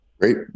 Great